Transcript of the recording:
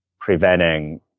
Preventing